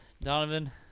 Donovan